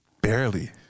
Barely